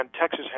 Texas